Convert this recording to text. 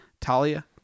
Talia